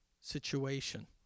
situation